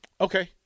okay